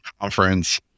conference